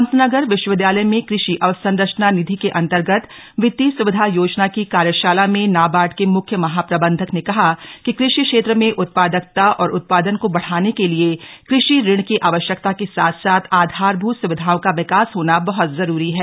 पन्तनगर विश्वविद्यालय में कृषि अवसंरचना निधि के अन्तर्गत वितीय सुविधा योजना की कार्यशाला में नाबार्ड के मुख्य महाप्रबंधक ने कहा कि कृषि क्षेत्र में उत्पादकता और उत्पादन को बढ़ाने के लिए कृषि ऋण की आवश्यकता के साथ साथ आधारभूत सुविधावों का विकास होना बहत जरूरी है